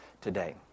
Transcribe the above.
today